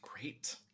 Great